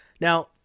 Now